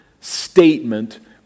statement